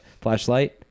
flashlight